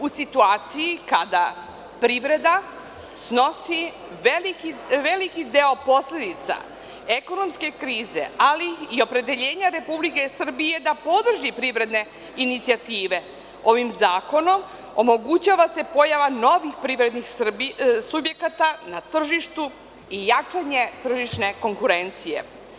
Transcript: U situaciji kada privreda snosi veliki deo posledica ekonomske krize, ali i opredeljenja Republike Srbije da podrži privredne inicijative ovim zakonom omogućava se pojava novih privrednih subjekata na tržištu i jačanje tržišne konkurencije.